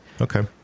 Okay